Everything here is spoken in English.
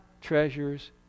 treasures